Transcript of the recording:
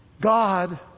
God